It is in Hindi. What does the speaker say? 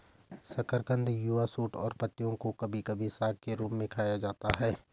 शकरकंद युवा शूट और पत्तियों को कभी कभी साग के रूप में खाया जाता है